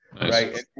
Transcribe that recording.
right